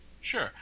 Sure